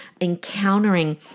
encountering